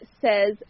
says